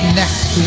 next